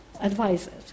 advisors